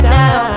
now